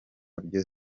byo